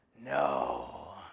no